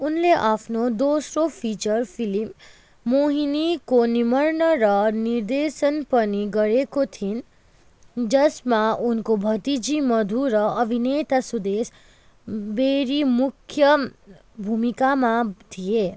उनले आफ्नो दोस्रो फिचर फिल्म मोहिनीको निर्मण र निर्देशन पनि गरेकी थिइन् जसमा उनको भतिजी मधु र अभिनेता सुदेश बेरी मुख्य भूमिकामा थिए